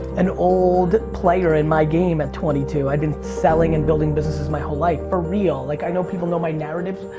an old player in my game at twenty two, i had been selling and building businesses my whole life. for real. like, i know people know my narrative,